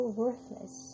worthless